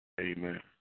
Amen